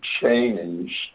change